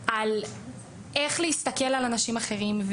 איך להסתכל על אנשים אחרים,